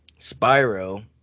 spyro